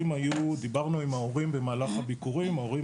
דיברנו עם ההורים במהלך הביקור וההורים